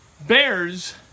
Bears